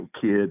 kid